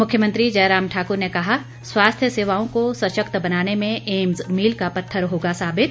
मुख्यमंत्री जयराम ठाकुर ने कहा स्वास्थ्य सेवाओं को सशक्त बनाने में एम्स मील का पत्थर होगा साबित